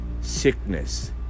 sickness